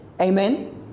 Amen